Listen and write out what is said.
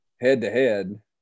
head-to-head